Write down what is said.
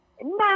No